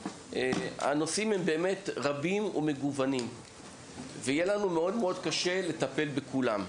הנושאים הם באמת רבים ומגוונים ויהיה לנו מאוד מאוד קשה לטפל בכולם,